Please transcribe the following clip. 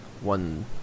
one